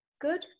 Good